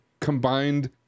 combined